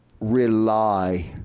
rely